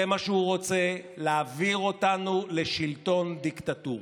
זה מה שהוא רוצה, להעביר אותנו לשלטון דיקטטורי.